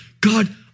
God